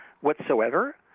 whatsoever